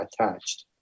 attached